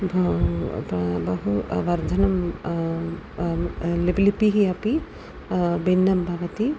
भ ब बहुवर्धनं लिपिः लिपिः अपि भिन्ना भवति